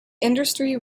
industrially